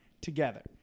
together